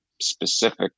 specific